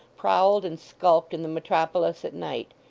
prowled and skulked in the metropolis at night,